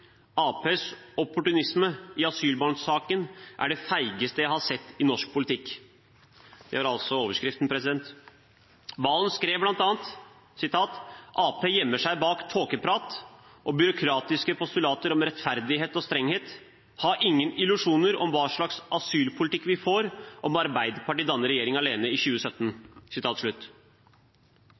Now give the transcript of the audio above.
opportunisme i asylbarnsaken er det feigeste jeg har sett i norsk politikk.» Serigstad Valen skrev bl.a.: «Ap gjemmer seg bak tåkeprat og byråkratiske postulater om «rettferdighet og strenghet». Ha ingen illusjoner om hva slags asylpolitikk vi får om Arbeiderpartiet danner regjering alene i 2017.» Til slutt